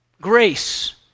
grace